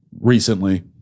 recently